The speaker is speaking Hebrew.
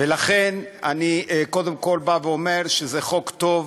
ולכן אני קודם כול בא ואומר שזה חוק טוב,